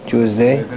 Tuesday